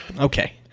Okay